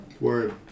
Word